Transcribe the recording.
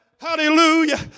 hallelujah